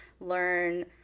learn